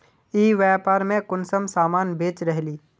ई व्यापार में कुंसम सामान बेच रहली?